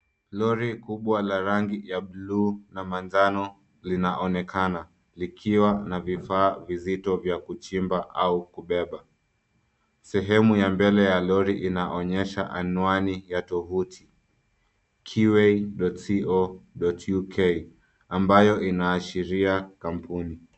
Lori kubwa la rangi ya blue na manjano linaonekana, likiwa na vifaa vizito vya kuchimba au kubeba. Sehemu ya mbele ya lori inaonyesha anwani ya tovuti, qae.co.uk , ambayo inaashiria kampuni.